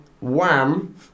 Wham